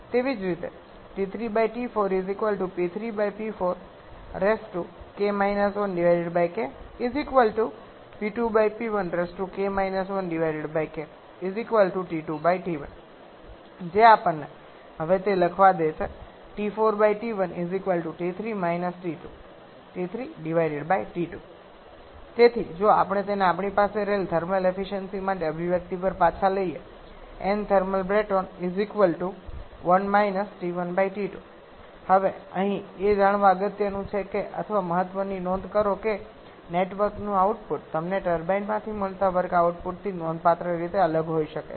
તેવી જ રીતે જે આપણને હવે તે લખવા દે છે તેથી જો આપણે તેને આપણી પાસે રહેલી થર્મલ એફિસયન્સિ માટે અભિવ્યક્તિ પર પાછા લઈએ હવે અહીં એ જાણવું અગત્યનું છે કે અથવા મહત્ત્વની નોંધ કરો કે નેટવર્કનું આઉટપુટ તમને ટર્બાઇનમાંથી મળતા વર્ક આઉટપુટથી નોંધપાત્ર રીતે અલગ હોઈ શકે છે